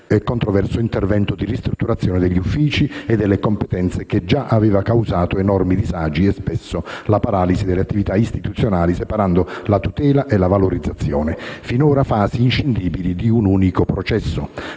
controverso intervento di "ristrutturazione" degli uffici e delle competenze, che già aveva causato enormi disagi e, spesso, la paralisi delle attività istituzionali, separando la tutela e la valorizzazione, finora fasi inscindibili di un unico processo.